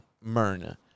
Myrna